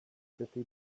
fifty